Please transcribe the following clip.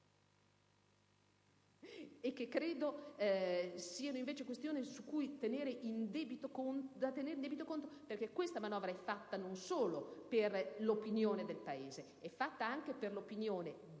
e che credo siano invece da tenere in debito conto, perché questa manovra è fatta non solo per l'opinione del Paese, ma anche per l'opinione dell'Europa,